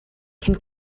cyn